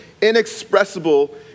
inexpressible